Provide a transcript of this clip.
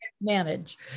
manage